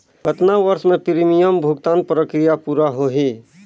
कतना वर्ष मे प्रीमियम भुगतान प्रक्रिया पूरा होही?